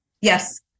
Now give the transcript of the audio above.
Yes